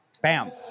Bam